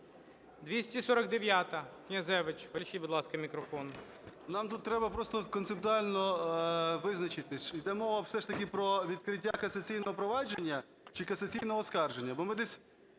249-а, Князевич. Включіть, будь ласка, мікрофон. 13:55:45 КНЯЗЕВИЧ Р.П. Нам тут треба просто концептуально визначитись: йде мова все ж таки про відкриття касаційного провадження чи касаційного оскарження. Бо ми десь